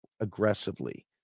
aggressively